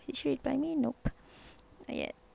did she reply me nope not yet